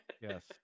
Yes